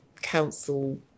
council